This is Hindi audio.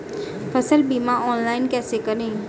फसल बीमा ऑनलाइन कैसे करें?